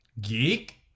Geek